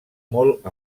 molt